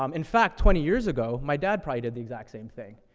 um in fact, twenty years ago, my dad probably did the exact same thing.